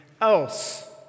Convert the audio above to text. else